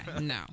no